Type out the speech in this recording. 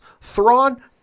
Thrawn